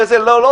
כמה עולה זה,